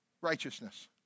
righteousness